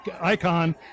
icon